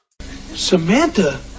Samantha